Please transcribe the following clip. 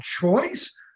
choice